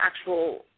actual